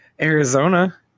Arizona